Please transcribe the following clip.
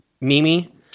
Mimi